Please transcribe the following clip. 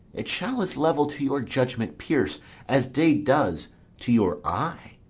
it shall as level to your judgment pierce as day does to your eye.